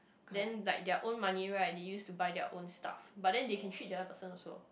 then like their own money right they use to buy own stuff but then they can treat the other person also